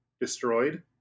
Destroyed